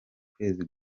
kwezi